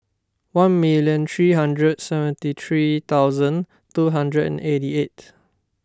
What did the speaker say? one minute three hundred seventy three thousand two hundred and eighty eight